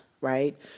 right